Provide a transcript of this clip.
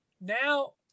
now